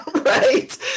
right